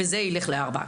וזה ילך ל-4.